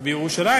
ובירושלים,